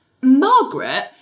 Margaret